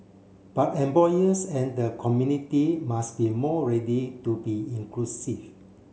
but employers and the community must be more ready to be inclusive